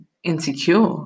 insecure